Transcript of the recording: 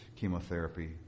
chemotherapy